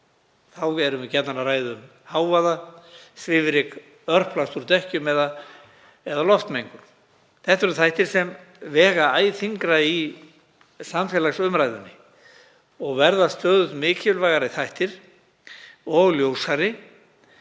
Þá erum við gjarnan að ræða um hávaða, svifryk, örplast úr dekkjum eða loftmengun. Það eru þættir sem vega æ þyngra í samfélagsumræðunni og verða stöðugt mikilvægari og ljósari